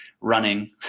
running